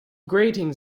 grating